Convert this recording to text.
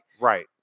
right